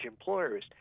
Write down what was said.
employers